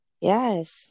Yes